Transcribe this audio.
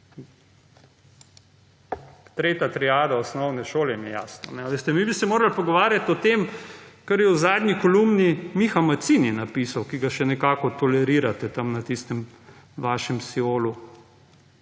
Tretja triada osnovne šole jim je jasno. A veste, vi bi se morali pogovarjat o tem, kar je v zadnji kolumni Miha Mazzini napisal, ki ga še nekako tolerirate tam na tistem vašem Siolu.